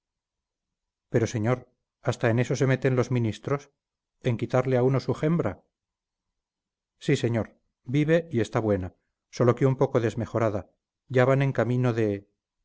pero señor hasta en eso se meten los ministros en quitarle a uno su jembra sí señor vive y está buena sólo que un poco desmejorada ya van en camino de